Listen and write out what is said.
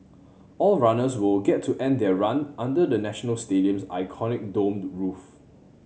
all runners will get to end their run under the National Stadium's iconic domed roof